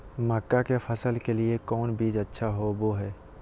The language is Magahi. मक्का के फसल के लिए कौन बीज अच्छा होबो हाय?